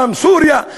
גם סוריה,